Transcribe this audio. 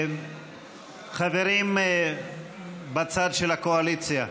חברים בצד של הקואליציה,